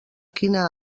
quina